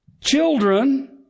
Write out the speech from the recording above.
children